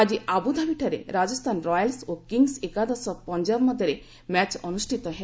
ଆଜି ଆବୁଧାବିଠାରେ ରାଜସ୍ଥାନ ରୟାଲ୍ସ ଓ କିଙ୍ଗ୍ସ ଏକାଦଶ ପଞ୍ଜାବ ମଧ୍ୟରେ ମ୍ୟାଚ ଅନୁଷ୍ଠିତ ହେବ